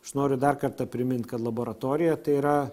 aš noriu dar kartą primint kad laboratorija tai yra